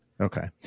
Okay